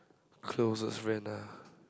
closest friend ah